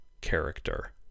character